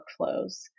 workflows